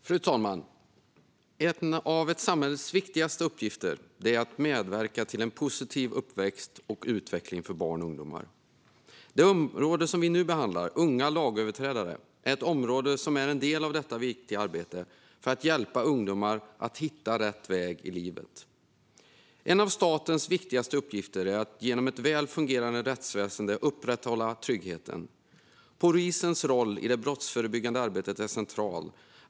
Fru talman! En av samhällets viktigaste uppgifter är att medverka till en positiv uppväxt och utveckling för barn och ungdomar. Det område som vi nu behandlar, unga lagöverträdare, är en del av detta viktiga arbete för att hjälpa ungdomar att hitta rätt väg i livet. En av statens viktigaste uppgifter är att genom ett väl fungerande rättsväsen upprätthålla tryggheten. Polisens roll i det brottsförebyggande arbetet är central.